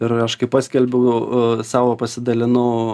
ir aš kai paskelbiu savo pasidalinu